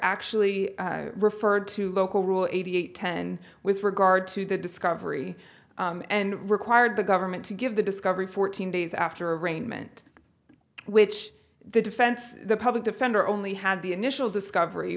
actually referred to local rule eighty eight ten with regard to the discovery and required the government to give the discovery fourteen days after arraignment which the defense the public defender only had the initial discovery